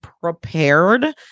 prepared